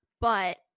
But-